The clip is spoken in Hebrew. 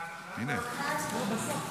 אחרי הצבעה, בסוף.